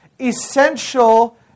essential